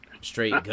straight